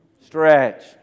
stretch